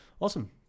Awesome